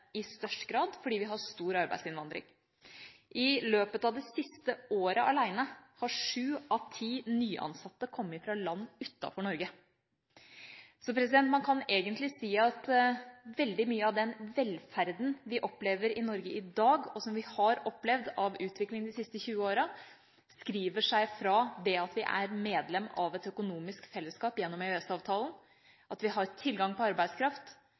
i størst grad, fordi vi har stor arbeidsinnvandring. I løpet av det siste året alene har sju av ti nyansatte kommet fra land utenfor Norge. Så man kan egentlig si at veldig mye av den velferden vi opplever i Norge i dag, og som vi har opplevd av utvikling de siste 20 årene, skriver seg fra det at vi er medlem av et økonomisk fellesskap gjennom EØS-avtalen, at vi har tilgang på arbeidskraft